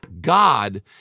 God